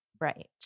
Right